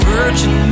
Virgin